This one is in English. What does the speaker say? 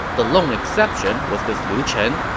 the lone exception was this liu chen,